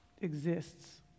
exists